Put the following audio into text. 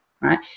Right